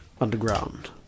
underground